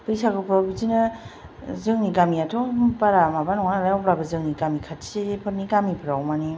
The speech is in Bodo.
बैसागुफ्राव बिदिनो जोंनि गामियाथ' बारा माबा नङा नालाय अब्लाबो जोंनि गामि खाथिफोरनि गामिफ्राव माने